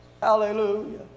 hallelujah